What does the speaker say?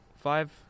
Five